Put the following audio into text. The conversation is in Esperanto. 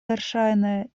verŝajne